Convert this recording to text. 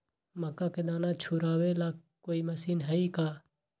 मक्का के दाना छुराबे ला कोई मशीन हई का?